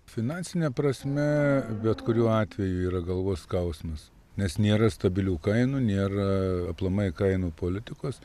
finansine prasme bet kuriuo atveju yra galvos skausmas nes nėra stabilių kainų nėra aplamai kainų politikos